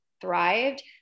thrived